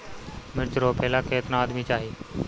मिर्च रोपेला केतना आदमी चाही?